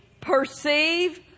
perceive